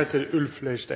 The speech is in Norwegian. er